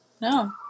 No